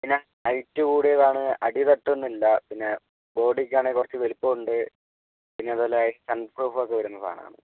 പിന്നെ ഹൈറ്റ് കൂടിയതാണ് അടി തട്ടുന്നില്ല പിന്നെ ബോഡിക്കാണെങ്കിൽ കുറച്ച് വലിപ്പം ഉണ്ട് പിന്നെ അതുപോലെ സൺപ്രൂഫ് ഒക്കെ വരുന്ന സാധനം ആണ്